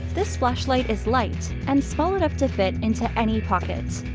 this flashlight is light and small enough to fit into any pockets.